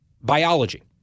biology